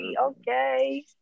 Okay